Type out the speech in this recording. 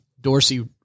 Dorsey